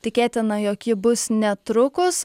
tikėtina jog ji bus netrukus